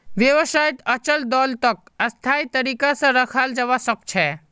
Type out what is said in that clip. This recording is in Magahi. व्यवसायत अचल दोलतक स्थायी तरीका से रखाल जवा सक छे